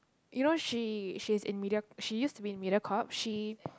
you know she she's in media she used to be in Mediacorp she